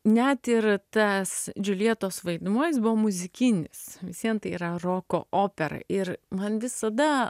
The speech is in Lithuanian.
net ir tas džiuljetos vaidmuo jis buvo muzikinis vis vien tai yra roko opera ir man visada